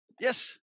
Yes